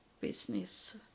business